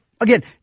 Again